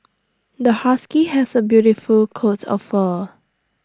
the husky has A beautiful coat of fur